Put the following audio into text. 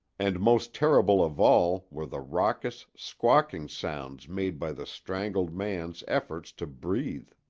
and most terrible of all were the raucous, squawking sounds made by the strangled man's efforts to breathe.